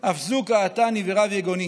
אף זו קאתני ורב יגוני.